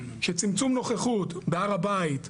שצמצום נוכחות בהר הבית,